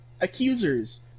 accusers